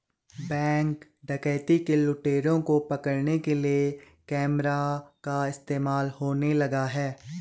Bank डकैती के लुटेरों को पकड़ने के लिए कैमरा का इस्तेमाल होने लगा है?